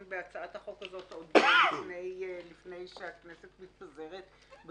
בהצעת החוק הזאת עוד לפני שהכנסת מתפזרת,